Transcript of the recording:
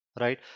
right